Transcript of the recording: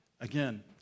Again